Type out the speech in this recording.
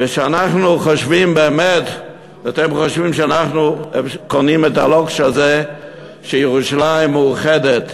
ואתם חושבים שאנחנו קונים את הלוקש הזה שירושלים מאוחדת?